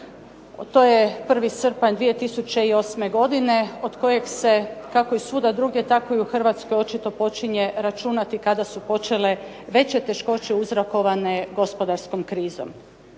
to je 1. srpanj 2008. godine od kojeg je kako i svuda drugdje tako i u Hrvatskoj očito počinje računati kada su počele veće teškoće uzrokovane gospodarskom krizom.